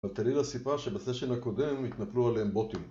ותראי לסיבה שבסשן הקודם התנפלו עליהם בוטים